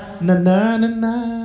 Na-na-na-na. (